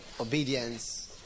Obedience